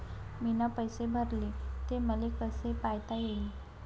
मीन पैसे भरले, ते मले कसे पायता येईन?